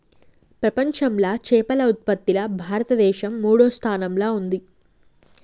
ప్రపంచంలా చేపల ఉత్పత్తిలా భారతదేశం మూడో స్థానంలా ఉంది